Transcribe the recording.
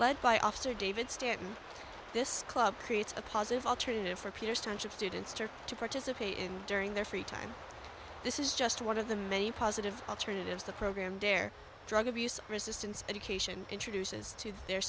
led by officer david stanton this club creates a positive alternative for p r stunts of students to participate in during their free time this is just one of the many positive alternatives the program dare drug abuse resistance education introduces to their